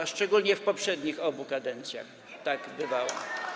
A szczególnie w poprzednich obu kadencjach tak bywało.